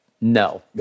No